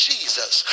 Jesus